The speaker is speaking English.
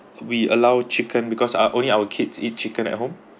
we allow chicken because ah only our kids eat chicken at home